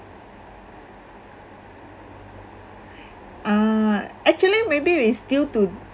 ah actually maybe we still do